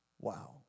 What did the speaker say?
Wow